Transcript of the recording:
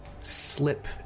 slip